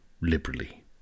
liberally